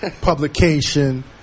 publication